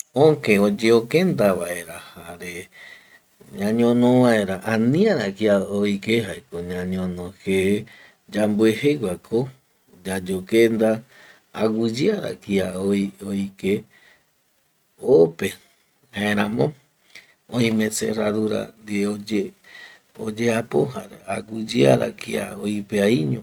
Öke oyeokenda vaera jare ñañonovaera aniara kia oike jaeko ñañono je yamboejeguako yayokenda aguiyeara kia oike ope jaeramo oime cerradura ndie oyeapo aguiyeara kia oipea iño